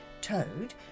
Toad